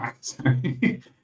Sorry